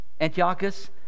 Antiochus